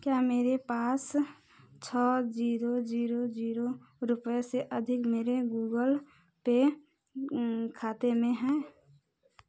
क्या मेरे पास छः जीरो जीरो जीरो रुपये से अधिक मेरे गूगल पे खाते में हैं